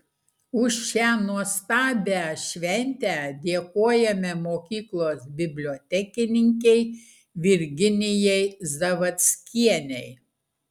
už šią nuostabią šventę dėkojame mokyklos bibliotekininkei virginijai zavadskienei